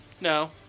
No